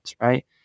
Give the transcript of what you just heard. right